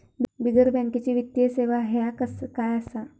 बिगर बँकेची वित्तीय सेवा ह्या काय असा?